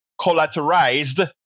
collateralized